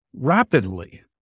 rapidly